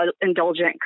indulgent